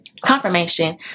confirmation